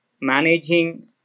managing